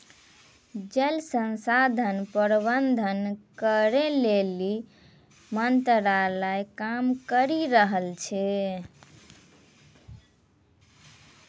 जल संसाधन प्रबंधन करै लेली मंत्रालय काम करी रहलो छै